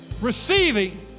receiving